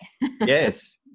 Yes